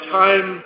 time